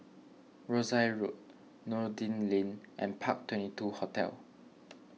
Rosyth Road Noordin Lane and Park Twenty two Hotel